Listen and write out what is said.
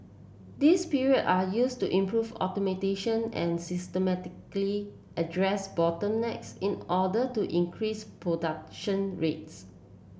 these period are used to improve automation and systematically address bottlenecks in order to increase production rates